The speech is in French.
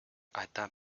atteint